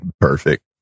perfect